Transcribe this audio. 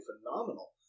phenomenal